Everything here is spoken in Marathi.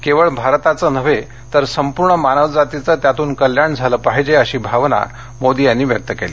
केवळ भारताचं नव्हे तर संपूर्ण मानवजातीचं त्यातून कल्याण झालं पाहिजे अशी भावना मोदी यांनी व्यक्त केली